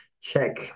check